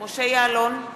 משה יעלון,